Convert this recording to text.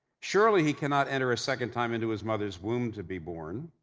surely he cannot enter a second time into his mother's womb to be born